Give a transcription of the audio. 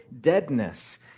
deadness